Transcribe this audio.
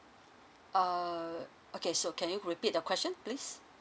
err okay so can you repeat your question please